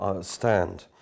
stand